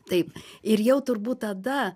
taip ir jau turbūt tada